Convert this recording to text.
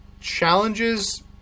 challenges